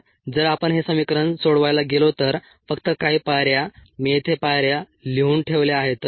तर जर आपण हे समीकरण सोडवायला गेलो तर फक्त काही पायऱ्या मी येथे पायऱ्या लिहून ठेवल्या आहेत